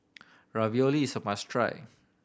ravioli is a must try